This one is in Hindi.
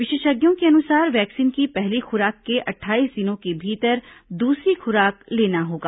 विशेषज्ञों के अनुसार वैक्सीन की पहली खुराक के अट्ठाईस दिनों के भीतर दूसरी खुराक लेना होगा